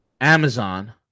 Amazon